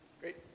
Great